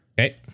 Okay